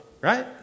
Right